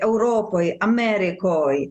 europoj amerikoj